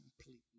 completely